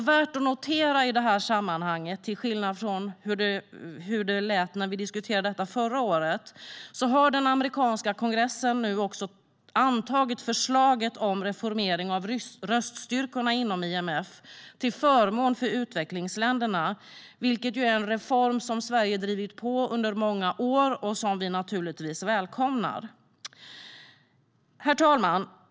Värt att notera är att till skillnad från hur det lät när vi diskuterade detta förra året har den amerikanska kongressen nu antagit förslaget om reformering av röststyrkorna inom IMF till förmån för utvecklingsländerna. Det är en reform som Sverige drivit på för under många år och som vi givetvis välkomnar. Herr talman!